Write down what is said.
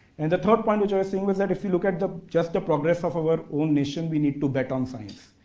and the third point which i was saying was that if you look at ah just the progress of our own nation, we need to better on science.